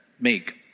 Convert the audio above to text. make